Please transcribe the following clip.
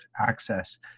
access